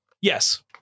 Yes